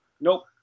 Nope